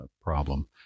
problem